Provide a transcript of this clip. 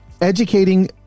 educating